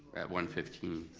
at one fifteen.